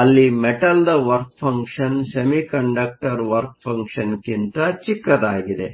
ಅಲ್ಲಿ ಮೆಟಲ್ದ work function function semiconductor work function functionಕ್ಕಿಂತ ಚಿಕ್ಕದಾಗಿದೆ